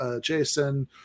Jason